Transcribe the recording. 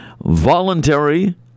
voluntary